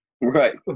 Right